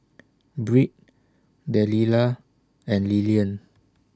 Britt Delila and Lilian